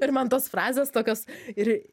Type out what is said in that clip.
ir man tos frazės tokios ir